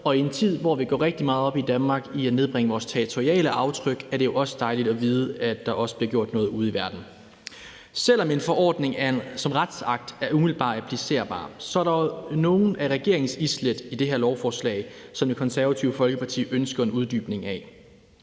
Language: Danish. og i en tid, hvor vi i Danmark går rigtig meget op i at nedbringe vores territoriale aftryk, er det jo også dejligt at vide, at der også bliver gjort noget ude i verden. Selv om en forordning som retsakt er umiddelbart applicerbar, er der jo også nogle af regeringens islæt i det her lovforslag, som Det Konservative Folkeparti ønsker en uddybning af.